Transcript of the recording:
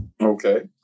Okay